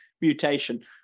mutation